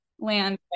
land